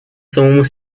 самому